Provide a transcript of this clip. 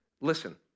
Listen